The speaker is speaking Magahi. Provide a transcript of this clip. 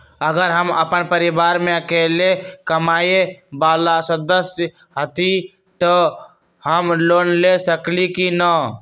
अगर हम अपन परिवार में अकेला कमाये वाला सदस्य हती त हम लोन ले सकेली की न?